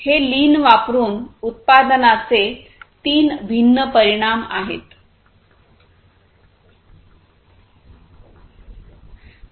हे लीन वापर करून उत्पादनाचे तीन भिन्न परिणाम आहेत